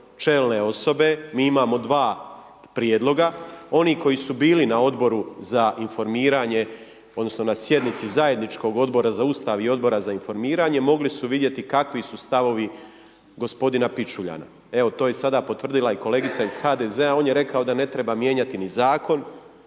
čelne osobe, mi imamo 2 prijedloga. Oni koji su bili na odboru za informiranje odnosno na sjednici Zajedničkog Odbora za ustav i Odbora za informiranje mogli su vidjeti kakvi su stavovi gospodina Pičuljana. Evo to je sada potvrdila i kolegica iz HDZ-a on je rekao da ne treba mijenjati ni zakon,